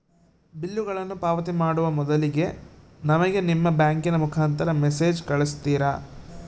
ಬಿಲ್ಲುಗಳನ್ನ ಪಾವತಿ ಮಾಡುವ ಮೊದಲಿಗೆ ನಮಗೆ ನಿಮ್ಮ ಬ್ಯಾಂಕಿನ ಮುಖಾಂತರ ಮೆಸೇಜ್ ಕಳಿಸ್ತಿರಾ?